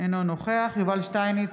אינו נוכח יובל שטייניץ,